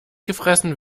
gefressen